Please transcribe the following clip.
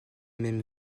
même